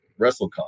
WrestleCon